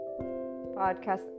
podcast